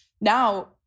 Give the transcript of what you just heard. Now